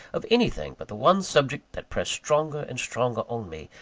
of anything but the one subject that pressed stronger and stronger on me,